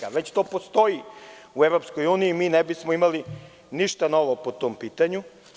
Znači, već to postoji u EU i mi ne bismo imali ništa novo po tom pitanju.